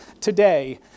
today